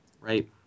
Right